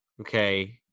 okay